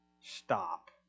stop